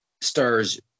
stars